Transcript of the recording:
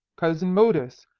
cousin modus,